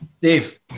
Dave